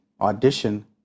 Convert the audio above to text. audition